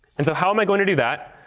and so how am i going to do that?